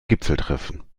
gipfeltreffen